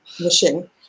machine